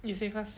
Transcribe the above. you say first